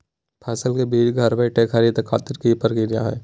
फसल के बीज घर बैठे खरीदे खातिर की प्रक्रिया हय?